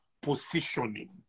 positioning